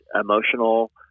emotional